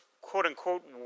quote-unquote